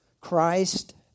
Christ